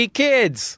kids